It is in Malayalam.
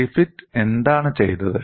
ഗ്രിഫിത്ത് എന്താണ് ചെയ്തത്